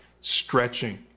stretching